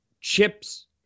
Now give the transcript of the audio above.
chips